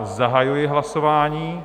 Zahajuji hlasování.